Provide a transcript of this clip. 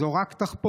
זאת רק תחפושת.